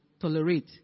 tolerate